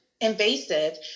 invasive